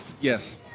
Yes